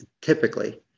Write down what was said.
typically